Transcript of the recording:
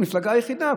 המפלגה היחידה.